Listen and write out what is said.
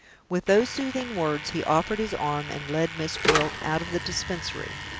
with those soothing words, he offered his arm, and led miss gwilt out of the dispensary.